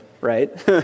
right